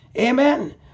Amen